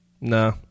Nah